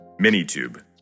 Minitube